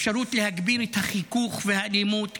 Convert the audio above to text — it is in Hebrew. אפשרות להגביר את החיכוך והאלימות,